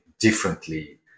Differently